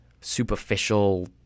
superficial